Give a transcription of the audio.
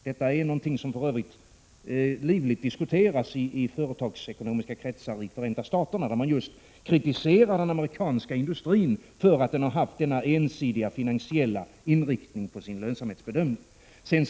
Detta är för övrigt något som livligt diskuteras i företagsekonomiska kretsar i Förenta Staterna. Man kritiserar där den amerikanska industrin för att den har haft denna ensidigt finansiella inriktning på sin lönsamhetsbedömning.